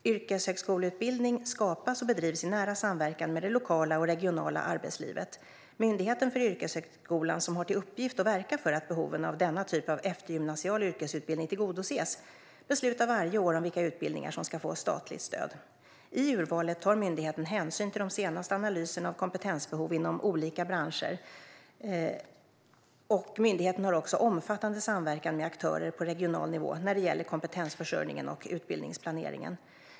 Yrkeshögskoleutbildning skapas och bedrivs i nära samverkan med det lokala och regionala arbetslivet. Myndigheten för yrkeshögskolan, som har till uppgift att verka för att behoven av denna typ av eftergymnasial yrkesutbildning tillgodoses, beslutar varje år om vilka utbildningar som ska få statligt stöd. I urvalet tar myndigheten hänsyn till de senaste analyserna av kompetensbehov inom olika branscher, och myndigheten har också omfattande samverkan med aktörer på regional nivå när det gäller kompetensförsörjning och utbildningsplanering.